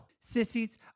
Sissies